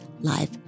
live